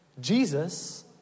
Jesus